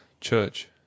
CHURCH